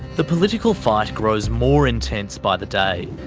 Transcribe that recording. the political fight grows more intense by the day.